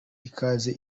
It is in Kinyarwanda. ikaze